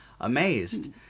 amazed